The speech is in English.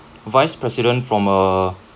vice president from uh